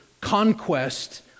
conquest